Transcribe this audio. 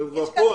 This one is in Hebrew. אתם כבר כאן.